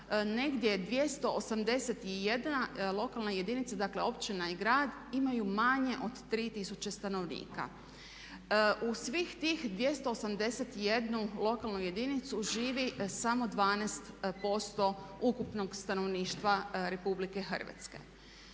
negdje 281 lokalna jedinica, dakle općina i grad, imaju manje od 3000 stanovnika. U svih tih 281 lokalnu jedinicu živi samo 12% ukupnog stanovništva Republike Hrvatske.